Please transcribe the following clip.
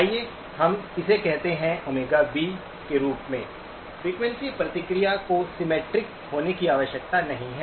आइए हम इसे कहते हैं ΩB के रूप में फ्रीक्वेंसी प्रतिक्रिया को सिमेट्रिक होने की आवश्यकता नहीं है